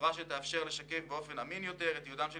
זאת באופן שיאפשר לשקף באופן אמין יותר את ייעודם של